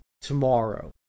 tomorrow